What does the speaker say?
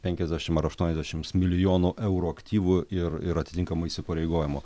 penkiasdešim ar aštuoniasdešims milijonų eurų aktyvų ir ir atitinkamų įsipareigojimų